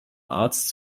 arzt